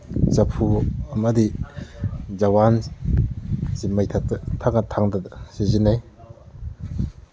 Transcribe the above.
ꯆꯐꯨ ꯑꯃꯗꯤ ꯖꯋꯥꯟꯁꯤ ꯃꯩꯊꯛꯇ ꯊꯥꯡꯒꯠ ꯊꯥꯡꯗꯗ ꯁꯤꯖꯤꯟꯅꯩ